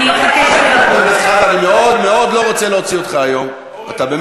אני לא מכבד את מי, חבר הכנסת חזן, תודה.